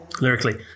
lyrically